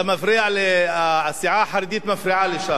הסיעה החרדית מפריעה לי שם.